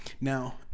Now